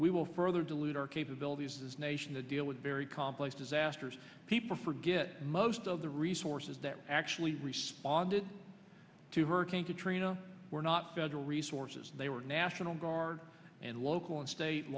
we will further dilute our capabilities this nation to deal with very complex disasters people forget most of the resources that actually responded to hurricane katrina were not federal resources they were national guard and local and state